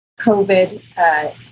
COVID